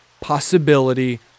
possibility